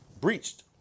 breached